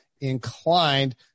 inclined